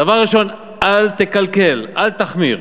דבר ראשון: אל תקלקל, אל תחמיר.